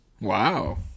Wow